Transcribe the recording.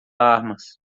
armas